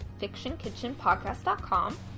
fictionkitchenpodcast.com